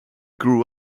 grew